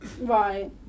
Right